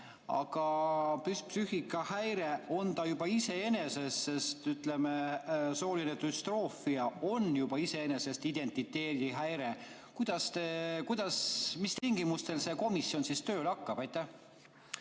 Aga psüühikahäire on see juba iseenesest, sest, ütleme, sooline düstroofia on juba iseenesest identiteedihäire. Kuidas, mis tingimustel see komisjon tööle hakkab? Aitäh!